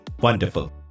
wonderful